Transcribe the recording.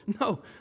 No